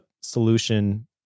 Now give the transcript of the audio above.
solution